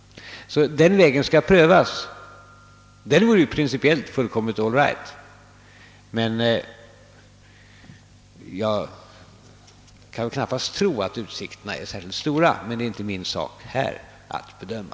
Den vägen skall prövas. Den vore principiellt fullkomligt all right, men jag kan knappast tro att utsikterna är särskilt stora. Det är dock inte min sak att bedöma.